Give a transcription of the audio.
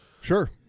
Sure